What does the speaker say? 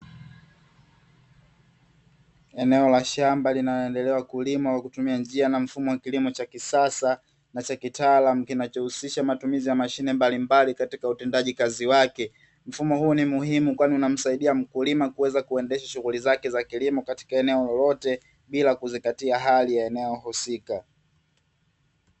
Eneo la shamba linaloendelea kulimwa kwa kutumia njia na mfumo wa kilimo cha kisasa na cha kitaalamu, kinachohusisha matumizi ya mashine mbalimbali katika utendaji kazi wake. Mfumo huu ni muhimu, kwani unamsaidia mkulima kuweza kuendesha shughuli zake za kilimo katika eneo lolote, bila kuzingatia hali ya eneo husika.